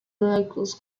locals